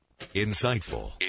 Insightful